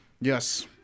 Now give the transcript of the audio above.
Yes